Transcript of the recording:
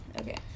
Okay